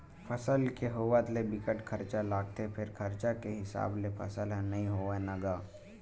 फसल के होवत ले बिकट खरचा लागथे फेर खरचा के हिसाब ले फसल ह नइ होवय न गा